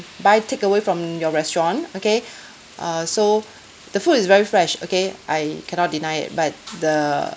buy takeaway from your restaurant okay uh so the food is very fresh okay I cannot deny it but the